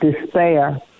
despair